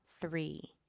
three